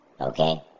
Okay